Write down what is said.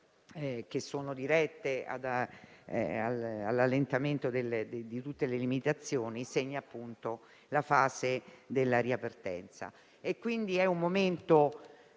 le misure dirette all'allentamento di tutte le limitazioni, segna la fase della ripartenza. È quindi un momento